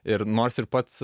ir nors ir pats